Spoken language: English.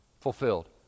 Fulfilled